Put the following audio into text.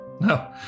No